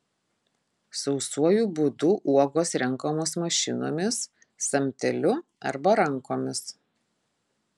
sausuoju būdu uogos renkamos mašinomis samteliu arba rankomis